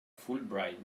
fulbright